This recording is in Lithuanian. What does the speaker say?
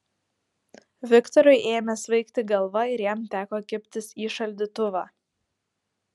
viktorui ėmė svaigti galva ir jam teko kibtis į šaldytuvą